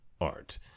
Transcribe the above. art